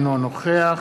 אינו נוכח